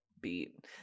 beat